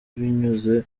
binyuze